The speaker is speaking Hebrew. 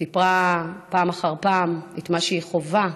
וסיפרה פעם אחר פעם את מה שהיא חווה,